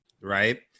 Right